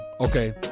okay